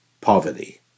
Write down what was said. poverty